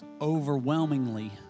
overwhelmingly